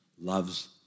loves